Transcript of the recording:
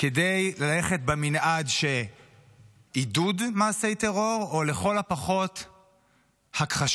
כדי ללכת במנעד של עידוד מעשי טרור או לכל הפחות הכחשתם?